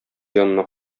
янына